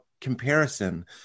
comparison